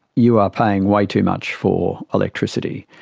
you are paying way too much for electricity.